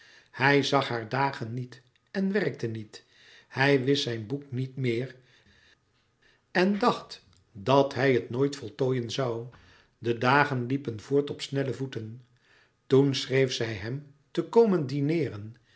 hij zag haar dagen niet en werkte niet hij wist zijn boek niet meer en dacht dat hij het nooit voltooien zoû de dagen liepen voort op snelle voeten toen schreef zij hem te komen dineeren